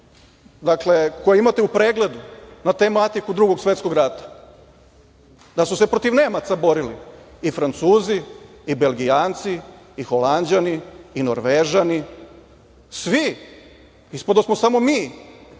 filmove koje imate u pregledu na tematiku Drugog svetskog rata, da su se protiv Nemaca borili i Francuzi, i Belgijanci, i Holanđani, i Norvežani, svi. Ispadosmo samo mi